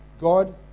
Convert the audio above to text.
God